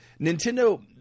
Nintendo